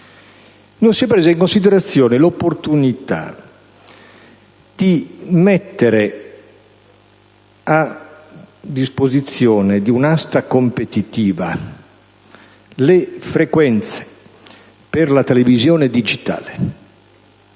con un emendamento omologo: l'opportunità di mettere a disposizione di un'asta competitiva le frequenze per la televisione digitale,